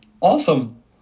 Awesome